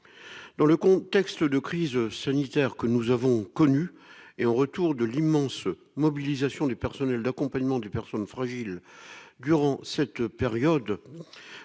Dans le contexte de crise sanitaire que nous avons connu, et en réponse à l'immense mobilisation des personnels d'accompagnement des personnes fragiles durant cette période,